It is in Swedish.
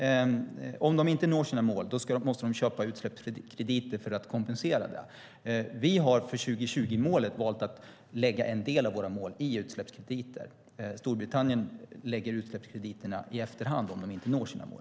Om de inte når sina mål måste de köpa utsläppskrediter för att kompensera det. Vi har för 2020-målet valt att lägga en del av våra mål i utsläppskrediter. Storbritannien lägger utsläppskrediterna i efterhand om de inte når sina mål.